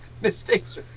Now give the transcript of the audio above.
Mistakes